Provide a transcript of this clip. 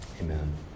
Amen